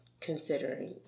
considering